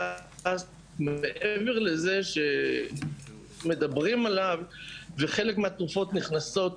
מעבר לזה שמדברים עליו וחלק מהתרופות נכנסות,